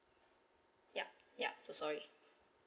yup yup so sorry